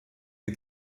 die